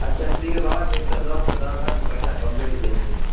अच्छा ठीक हय बाबा तऽ एक सए दशमे दऽ दहऽ ने पैसा कमे अइ जेबमे